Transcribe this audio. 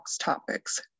Topics